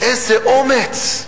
איזה אומץ.